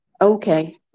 Okay